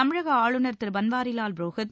தமிழக ஆளுநர் திரு பன்வாரிலால் புரோஹித்